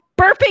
burping